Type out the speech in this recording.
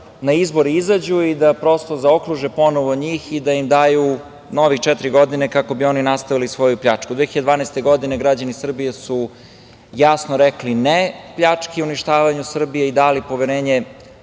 izbore izađu i da prosto zaokruže ponovo njih i da im daju nove četiri godine kako bi nastavili svoju pljačku. Godine 2012. građani Srbije su jasno rekli – ne pljački i uništavanju Srbije i dali poverenje